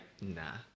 nah